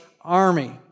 army